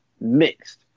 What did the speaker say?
mixed